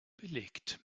belegt